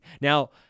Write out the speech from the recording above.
Now